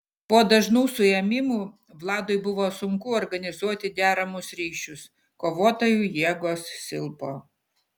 po dažnų suėmimų vladui buvo sunku organizuoti deramus ryšius kovotojų jėgos silpo